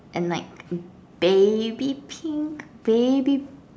and like baby pink baby